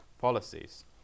policies